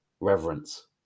reverence